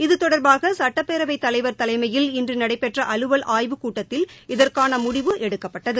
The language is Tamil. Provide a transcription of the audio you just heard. இதுதொடர்பாக சுட்டப்பேரவைத் தலைவர் தலைமையில் இன்று நடைபெற்ற அலுவல் ஆய்வுக்கூட்டத்தில் இதற்கான முடிவு எடுக்கப்பட்டது